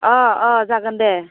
अ अ जागोन दे